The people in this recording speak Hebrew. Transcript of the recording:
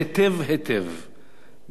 גם לאמריקנים, גם לאירופים,